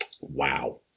Wow